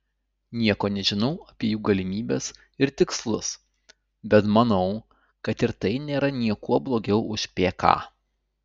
nieko nežinau apie jų galimybes ir tikslus bet manau kad ir tai nėra niekuo blogiau už pk